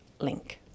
link